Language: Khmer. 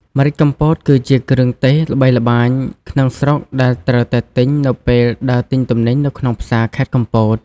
ម្រេចកំពតគឺជាគ្រឿងទេសល្បីល្បាយក្នុងស្រុកដែលអ្នកត្រូវតែទិញ នៅពេលដើរទិញទំនិញនៅក្នុងផ្សារខេត្តកំពត។